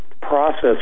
process